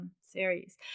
series